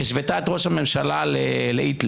השוותה את ראש הממשלה להיטלר.